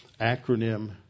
acronym